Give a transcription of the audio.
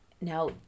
Now